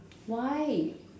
why